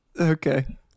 okay